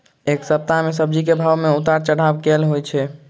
एक सप्ताह मे सब्जी केँ भाव मे उतार चढ़ाब केल होइ छै?